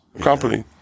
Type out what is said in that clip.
company